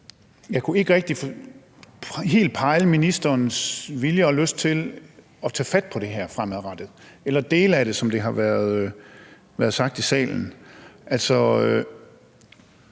Jeg kunne ikke helt lodde ministerens vilje og lyst til at tage fat på det her fremadrettet eller i hvert fald dele af det, som er blevet sagt i salen.